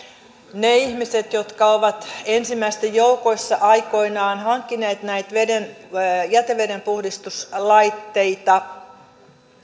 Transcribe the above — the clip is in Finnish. ne ihmiset jotka ovat ensimmäisten joukoissa aikoinaan hankkineet näitä jätevedenpuhdistuslaitteita